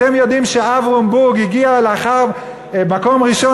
אתם יודעים שאברום בורג הגיע למקום הראשון